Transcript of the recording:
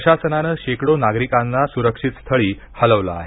प्रशासनानं शेकडो नागरिकांना सुरक्षितस्थळी हलवलं आहे